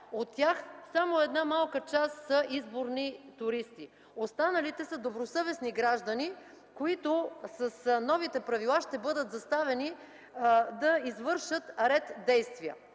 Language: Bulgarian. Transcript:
От тях само една малка част са изборни туристи. Останалите са добросъвестни граждани, които с новите правила ще бъдат заставени да извършат ред действия,